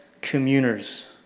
communers